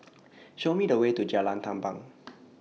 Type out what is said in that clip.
Show Me The Way to Jalan Tampang